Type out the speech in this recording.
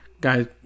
guys